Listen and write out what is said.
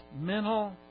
mental